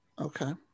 Okay